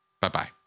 Bye-bye